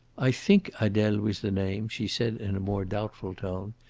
i think adele was the name, she said in a more doubtful tone.